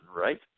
right